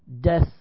death